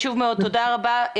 תודה רבה.